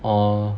orh